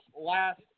last